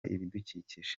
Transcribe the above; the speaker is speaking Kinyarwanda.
ibidukikije